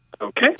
Okay